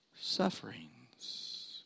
sufferings